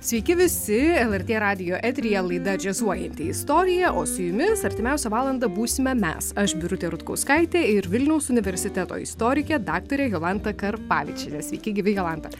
sveiki visi lrt radijo eteryje laida džiazuojanti istorija o su jumis artimiausią valandą būsime mes aš birutė rutkauskaitė ir vilniaus universiteto istorikė daktarė jolanta karpavičienė sveiki gyvi jolanta